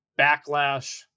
Backlash